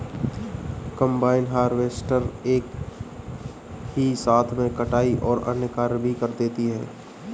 combine harvester एक ही साथ में कटाई और अन्य कार्य भी कर देती है